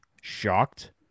shocked